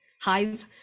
hive